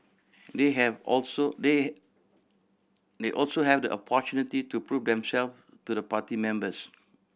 they have also they they also have the opportunity to prove themself to the party members